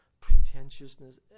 pretentiousness